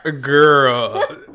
girl